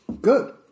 Good